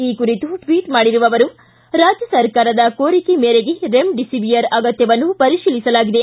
ಈ ಕುರಿತು ಟ್ವಿಟ್ ಮಾಡಿರುವ ಅವರು ರಾಜ್ಯ ಸರ್ಕಾರದ ಕೋರಿಕೆ ಮೇರೆಗೆ ರೆಮ್ಡಿಸಿಎಿಯರ್ ಅಗತ್ಯವನ್ನು ಪರಿಶೀಲಿಸಲಾಗಿದೆ